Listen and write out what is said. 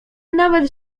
nawet